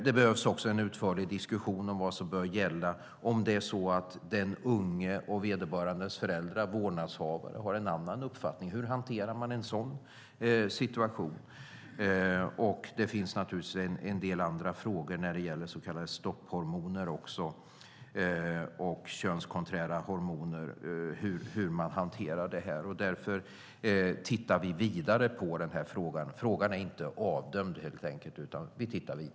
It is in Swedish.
Det behövs också en grundlig diskussion om vad som bör gälla om den unge och vederbörandes vårdnadshavare har olika uppfattning. Hur hanterar man en sådan situation? Det finns naturligtvis en del andra frågor också. Det handlar till exempel om så kallade stopphormoner och könskonträra hormoner. Vi tittar därför vidare på frågan. Den är inte avdömd.